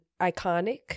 iconic